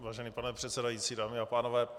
Vážený pane předsedající, dámy a pánové.